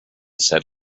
set